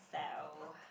so